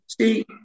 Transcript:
see